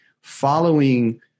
following